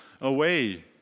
away